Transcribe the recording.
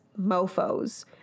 mofos